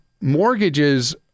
mortgages